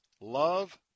love